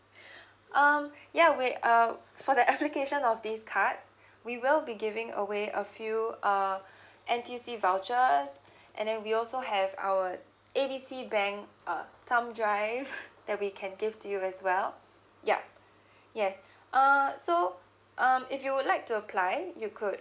um ya we um for the application of this card we will be giving away a few uh N_T_U_C vouchers and then we also have our A B C bank uh thumb drive that'll be can give to you as well yup yes err so um if you would like to apply you could